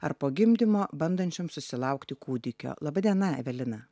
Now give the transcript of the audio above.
ar po gimdymo bandančioms susilaukti kūdikio laba diena evelina